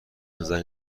زنگ